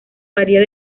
varía